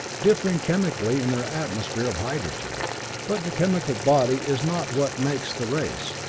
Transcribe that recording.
differing chemically, in their atmosphere of hydrogen but the chemical body is not what makes the race,